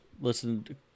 listen